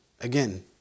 again